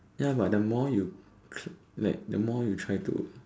ya but the more you cl like the more you try to